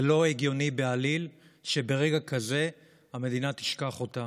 זה לא הגיוני בעליל שברגע כזה המדינה תשכח אותם,